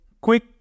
quick